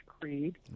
creed